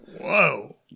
Whoa